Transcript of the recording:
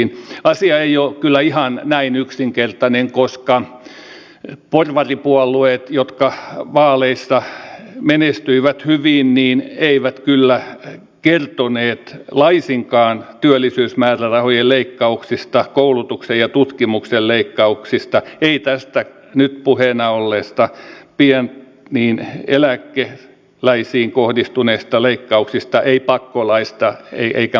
asia ei ole kyllä ihan näin yksinkertainen koska porvaripuolueet jotka vaaleissa menestyivät hyvin eivät kyllä kertoneet laisinkaan työllisyysmäärärahojen leikkauksista koulutuksen ja tutkimuksen leikkauksista eivät näistä nyt puheena olleista pientä eläkettä saaviin kohdistuneista leikkauksista eivät pakkolaeista eivätkä muustakaan